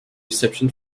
reception